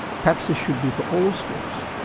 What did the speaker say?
perhaps this should be for all schools,